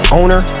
owner